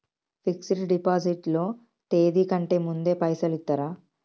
Fix డ్ deposit లో తేది కంటే ముందే పైసలు ఇత్తరా?